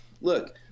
look